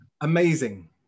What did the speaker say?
amazing